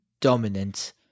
dominant